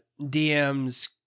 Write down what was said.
DMs